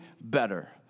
better